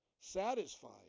satisfied